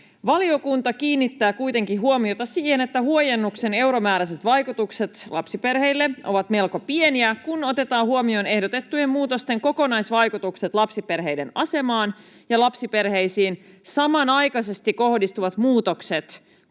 ”Valiokunta kiinnittää kuitenkin huomiota siihen, että huojennuksen euromääräiset vaikutukset lapsiperheille ovat melko pieniä, kun otetaan huomioon ehdotettujen muutosten kokonaisvaikutukset lapsiperheiden asemaan ja lapsiperheisiin samanaikaisesti kohdistuvat muutokset,